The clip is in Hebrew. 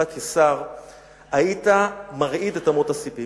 כשר היית מרעיד את אמות הספים לגביו.